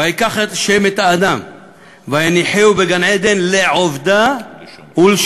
"ויקח ה' את האדם ויניחהו בגן עדן לעבדה ולשמרה"